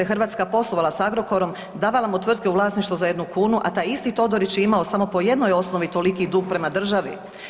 Hrvatska poslovala s Agrokorom, davala mu tvrtke u vlasništvu za 1 kunu, a taj isti Todorić je imamo samo po jednoj osnovi toliki dug prema državi.